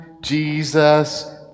Jesus